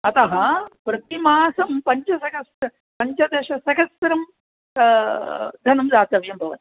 अतः प्रतिमासं पञ्चसहस्र पञ्चदशसहस्रं धनं दातव्यं भवति